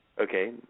okay